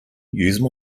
use